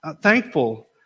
thankful